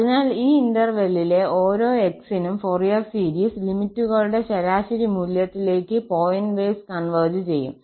അതിനാൽ ഈ ഇന്റെർവല്ലിലെ ഓരോ 𝑥 നും ഫൊറിയർ സീരീസ് ലിമിറ്റുകളുടെ ശരാശരി മൂല്യത്തിലേക്ക് പോയിന്റ് വൈസ് കോൺവെർജ് ചെയ്യും